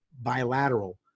bilateral